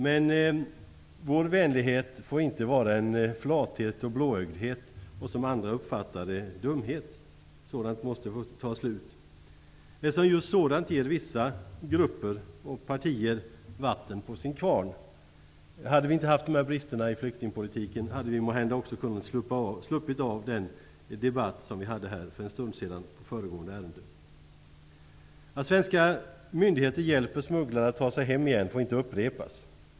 Men vår vänlighet får inte vara en flathet och blåögdhet som av andra uppfattas som dumhet. Sådant måste ta slut. Det är just sådant som ger vissa grupper och partier vatten på sin kvarn. Hade inte dessa brister funnits i flyktingpolitiken, hade vi måhända sluppit den debatt som fördes för en stund sedan under föregående ärende. Detta att svenska myndigheter hjälper smugglare att ta sig hem igen får inte upprepas.